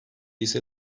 ise